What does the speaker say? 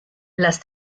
las